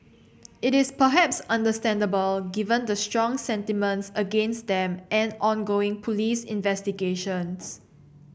it is perhaps understandable given the strong sentiments against them and ongoing police investigations